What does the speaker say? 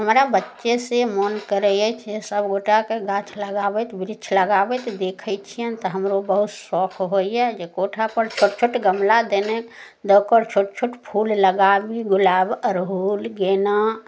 हमरा बच्चे से मोन करै अछि जे सभगोटाके गाछ लगाबैत वृक्ष लगाबबैत देखै छियनि तऽ हमरो बहुत शौक होइया जे कोठा पर छोट छोट गमला देने दऽ कऽ छोट छोट फूल लगाबी गुलाब अरहुल गेना